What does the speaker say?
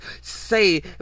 say